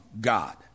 God